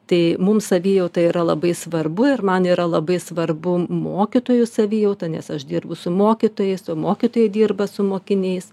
tai mum savijauta yra labai svarbu ir man yra labai svarbu mokytojų savijauta nes aš dirbu su mokytojais o mokytojai dirba su mokiniais